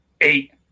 eight